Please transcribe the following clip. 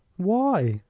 why?